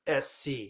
SC